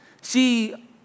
See